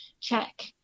check